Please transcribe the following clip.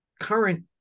current